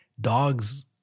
Dogs